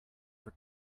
for